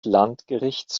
landgerichts